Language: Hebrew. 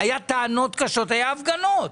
היו טענות קשות, היו הפגנות,